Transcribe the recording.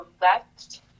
left